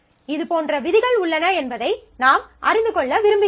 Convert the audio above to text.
இதுபோன்ற விதிகள் உள்ளன என்பதை நாம் அறிந்து கொள்ள விரும்புகிறேன்